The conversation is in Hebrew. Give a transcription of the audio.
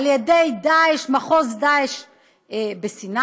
על ידי מחוז דאעש בסיני,